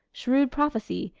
shrewd prophecy,